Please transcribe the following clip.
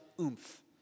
oomph